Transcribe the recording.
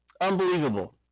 Unbelievable